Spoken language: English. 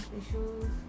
issues